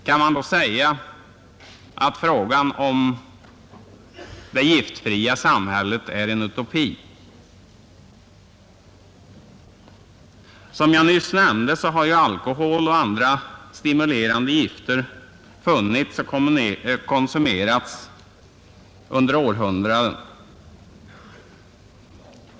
Kan man då säga att det giftfria samhället är en utopi? Som jag nyss nämnde har alkohol och andra stimulerande gifter funnits och konsumerats under århundraden.